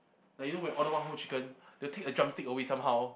like you know when you order one whole chicken they will take the drumstick away somehow